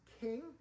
king